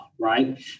Right